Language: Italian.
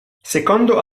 secondo